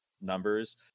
numbers